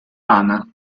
rana